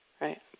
Right